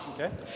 Okay